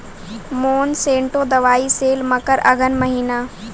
Monsanto दवाई sale मकर अघन महीना,